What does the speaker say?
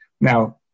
Now